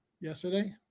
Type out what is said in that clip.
yesterday